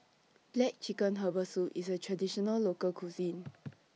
Black Chicken Herbal Soup IS A Traditional Local Cuisine